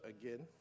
again